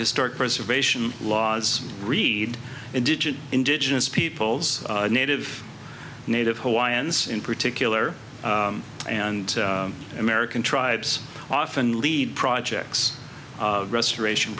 historic preservation laws read indigent indigenous peoples native native hawaiians in particular and american tribes often lead projects restoration